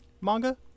manga